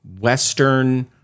Western